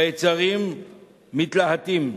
והיצרים מתלהטים.